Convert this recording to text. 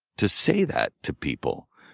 to say that to people.